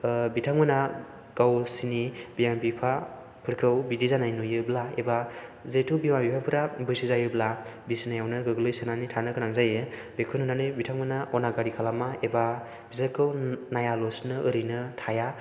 बिथांमोना गावसोरनि बिमा बिफाफोरखौ बिदि जानाय नुयोब्ला एबा जिहेतु बिमा बिफाफोरा बैसो जायोब्ला बिसनायावनो गोग्लैसोनानै थानो गोनां जायो बेखौ नुनानै बिथांमोना अनागारि खालामा एबा बिसोरखौ नायालासिनो ओरैनो थाया